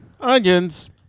onions